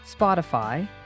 Spotify